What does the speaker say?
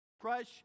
Crush